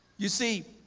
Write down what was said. you see,